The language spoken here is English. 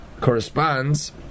corresponds